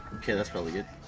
okay, that's probably good